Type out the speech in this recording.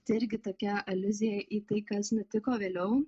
tai irgi tokia aliuzija į tai kas nutiko vėliau